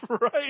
right